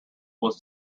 was